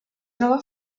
troba